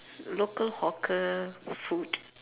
local hawker food